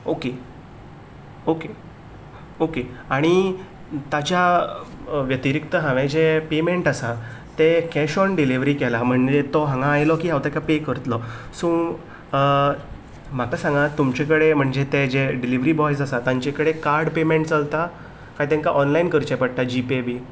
okay okay okay आणी ताच्या व्यतीरिक्तान हांवें जे पेमेंट आसा तें कॅश ऑन डिलीवरी केलां म्हणजे तो हांगा आयलो की हांव ताका पे करतलो सो म्हाका सांगात तुमचे कडेन म्हणजे ते जे डिलीवरी बॉयज आसात ते तुमचे कडेन कार्ड पेमेंट चलता काय तेंका ऑनलायन करचें पडया जी पे बीन